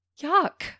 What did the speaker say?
yuck